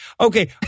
Okay